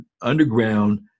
underground